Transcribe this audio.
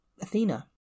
Athena